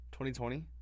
2020